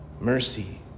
mercy